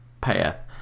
path